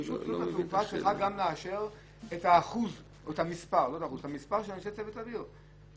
רשות שדות התעופה צריכה גם לאשר את המספר של אנשי צוות אוויר.